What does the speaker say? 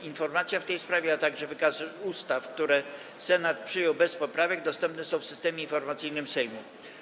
Informacja w tej sprawie, a także wykaz ustaw, które Senat przyjął bez poprawek, dostępne są w Systemie Informacyjnym Sejmu.